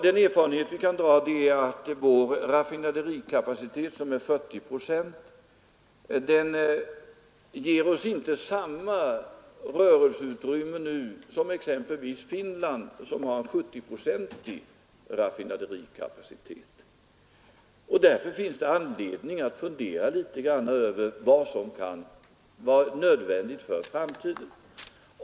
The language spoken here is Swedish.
Den erfarenhet vi kan dra är att vår raffinaderikapacitet, som är 40 procent, nu inte ger samma rörelseutrymme som exempelvis Finlands 70-procentiga raffinaderikapacitet ger. Därför finns det anledning att fundera över vad som kan bli nödvändigt att göra för framtiden.